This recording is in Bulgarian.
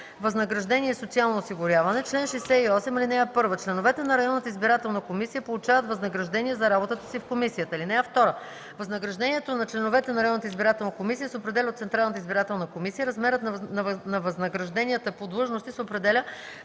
„Възнаграждение и социално осигуряване Чл. 68. (1) Членовете на районната избирателна комисия получават възнаграждение за работата си в комисията. (2) Възнаграждението на членовете на районната избирателна комисия се определя от Централната избирателна комисия. Размерът на възнагражденията по длъжности се определя